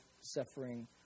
suffering